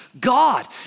God